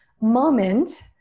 moment